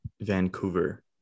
Vancouver